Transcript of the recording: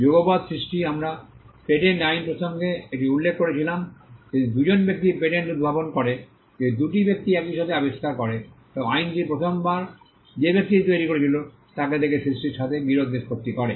যুগপত সৃষ্টি আমরা পেটেন্ট আইন প্রসঙ্গে এটি উল্লেখ করেছিলাম যদি দুজন ব্যক্তি পেটেন্ট উদ্ভাবন করে যদি দুটি ব্যক্তি একই সাথে আবিষ্কার করে তবে আইনটি প্রথমবার যে ব্যক্তিটি তৈরি করেছিল তাকে দেখে সৃষ্টির সাথে বিরোধ নিষ্পত্তি করে